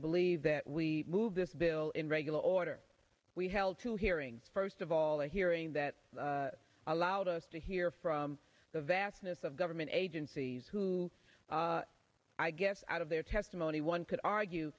believe that we move this bill in regular order we held two hearings first of all the hearing that allowed us to hear from the vastness of government agencies who i guess out of their testimony one could argue